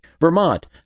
Vermont